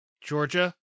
Georgia